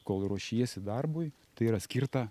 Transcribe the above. kol ruošiesi darbui tai yra skirta